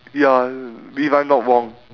ya if I'm not wrong